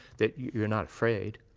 that you're not afraid.